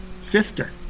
sister